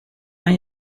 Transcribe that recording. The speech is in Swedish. den